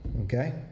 Okay